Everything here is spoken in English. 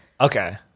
Okay